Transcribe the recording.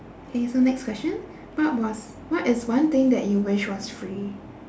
okay so next question what was what is one thing that you wish was free